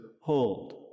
hold